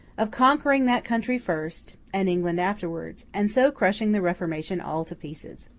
of conquering that country first, and england afterwards and so crushing the reformation all to pieces.